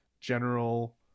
general